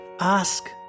Ask